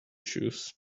shoes